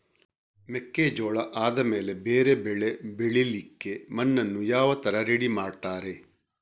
ಮೆಕ್ಕೆಜೋಳ ಆದಮೇಲೆ ಬೇರೆ ಬೆಳೆ ಬೆಳಿಲಿಕ್ಕೆ ಮಣ್ಣನ್ನು ಯಾವ ತರ ರೆಡಿ ಮಾಡ್ತಾರೆ?